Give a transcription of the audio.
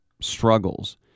struggles